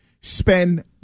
Spend